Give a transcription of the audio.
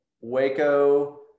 Waco